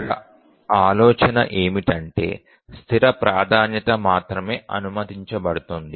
ఇక్కడ ఆలోచన ఏమిటంటే స్థిర ప్రాధాన్యత మాత్రమే అనుమతించబడుతుంది